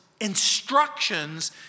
instructions